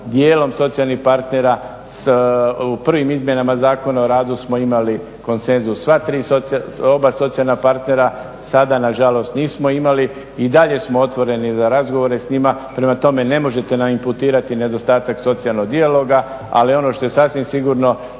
dijelom socijalnih partera u prvim izmjenama Zakona o radu smo imali konsenzus sva tri, oba socijalna partera, sada nažalost nismo imali i dalje smo otvoreni za razgovore s njima. Prema tome, ne možete nam imputirati nedostatak socijalnog dijaloga ali ono što je sasvim sigurno,